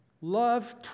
Love